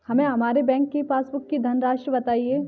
हमें हमारे बैंक की पासबुक की धन राशि बताइए